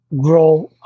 grow